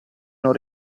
non